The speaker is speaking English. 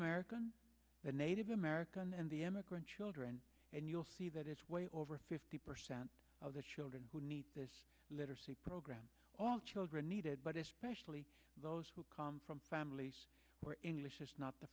american the native american and the immigrant children and you'll see that it's way over fifty percent of the children who need this literacy program all children needed but especially those who come from families where english is not the